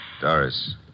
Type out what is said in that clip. Doris